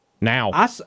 now